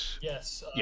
Yes